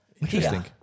Interesting